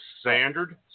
standard